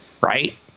Right